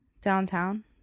downtown